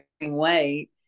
weight